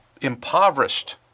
impoverished